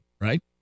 right